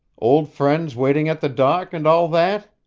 old friends waiting at the dock, and all that!